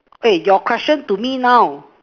eh your question to me now